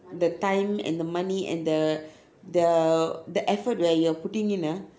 the time and the money and the the the effort that you're putting in ah